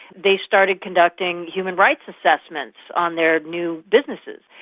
they started conducting human rights assessments on their new businesses.